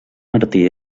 martí